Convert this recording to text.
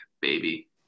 baby